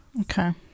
Okay